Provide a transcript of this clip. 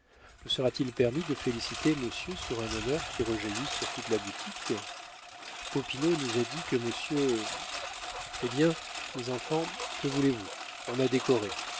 nous sera-t-il permis de féliciter monsieur sur un honneur qui rejaillit sur toute la boutique popinot nous a dit que monsieur hé bien mes enfants que voulez-vous on m'a décoré